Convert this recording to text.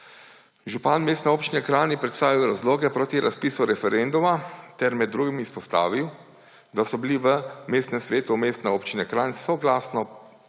Župan Mestne občine Kranj je predstavil razloge proti razpisu referenduma ter med drugim izpostavil, da so bili v Mestnem svetu Mestne občine Kranj soglasno